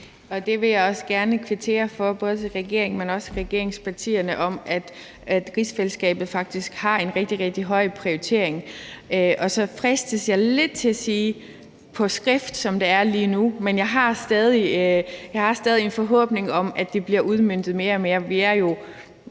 Det vil jeg også gerne kvittere for, både til regeringen, men også til regeringspartierne, nemlig at rigsfællesskabet faktisk er prioriteret rigtig, rigtig højt. Så fristes jeg lidt til at sige, at det er på skrift, som det er lige nu, men jeg har stadig en forhåbning om, at det bliver udmøntet mere og mere. Vi er jo